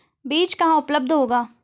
बीज कहाँ उपलब्ध होगा?